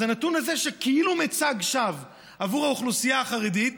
אז הנתון הזה של כאילו מצג שווא עבור האוכלוסייה החרדית,